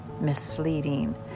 misleading